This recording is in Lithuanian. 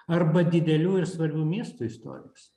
arba didelių ir svarbių miestų istorijos